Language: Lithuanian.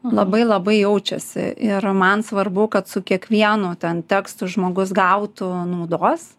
labai labai jaučiasi ir man svarbu kad su kiekvienu ten tekstu žmogus gautų naudos